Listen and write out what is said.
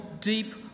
deep